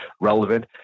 relevant